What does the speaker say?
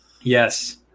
Yes